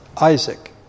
Isaac